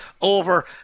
over